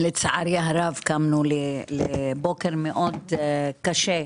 לצערי הרב, גרמו לי לבוקר מאוד קשה.